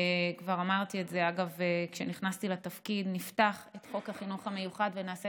אמרתי את זה כשנכנסתי לתפקיד: נפתח את חוק חינוך מיוחד ונעשה